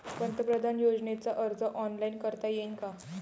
पंतप्रधान योजनेचा अर्ज ऑनलाईन करता येईन का?